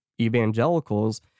evangelicals